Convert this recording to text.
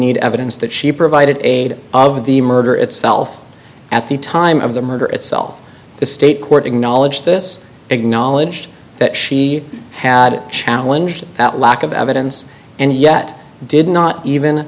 need evidence that she provided aid of the murder itself at the time of the murder itself the state court acknowledged this acknowledged that she had challenge that lack of evidence and yet did not even